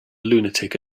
lunatic